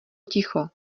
ticho